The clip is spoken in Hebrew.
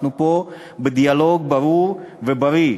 אנחנו פה בדיאלוג ברור ובריא.